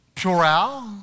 Plural